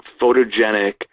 photogenic